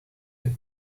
good